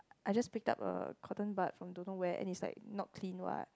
I just pick up a cotton bud from don't know where and it's like not clean what